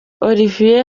olivier